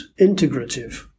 integrative